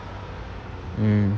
mm